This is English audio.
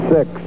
Six